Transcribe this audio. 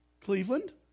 Cleveland